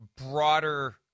broader